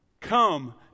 come